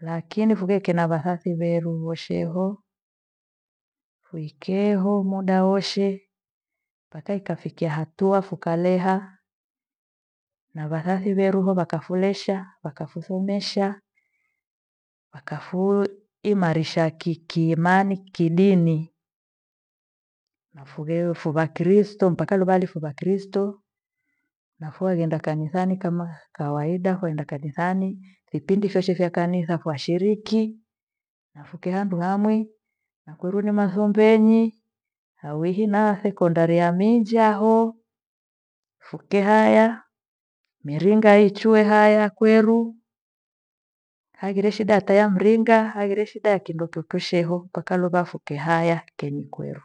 lakini fugheke na vathathi weru wosheho. Wikeho muda woshe mpaka ikafikia hatua fukaleha, na vathathi weru vo vakafolesha, wakafusomesha wakafuimarisha ki- ki- imani kidini nafugheufo vakristu mpaka luvahalifu vakristu na phowaghenda kanisani kama kawaida kwenda kanisani vipindi vyoshe vya kanisa kwashiriki. Na fukihandu hamwi nakuru ni masombeni na uwihina sekondari ya minjaho fukehaya miringa ichwe haya kweru. Haghire shida hata ya mringa haghire shida ya kindo chochose ho mpaka luva fokehaya kwemikweru.